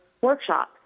workshops